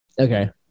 Okay